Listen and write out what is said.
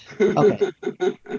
Okay